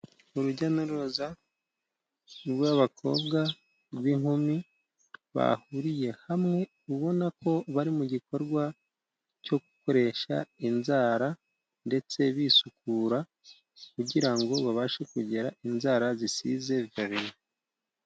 Urujya n'uruza rw'abakobwa rw'inkumi bahuriye hamwe, ubona ko bari mu gikorwa cyo gukoresha inzara ndetse bisukura, kugira ngo babashe kugira inzara zisize verine.